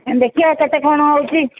ଏଇନେ ଦେଖିବା କେତେ କ'ଣ ହେଉଛି